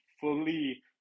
fully